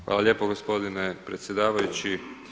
Hvala lijepo gospodine predsjedavajući.